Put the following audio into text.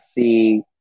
see